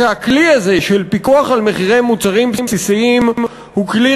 שהכלי הזה של פיקוח על מחירי מוצרים בסיסיים הוא כלי